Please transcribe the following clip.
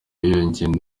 yiyongereye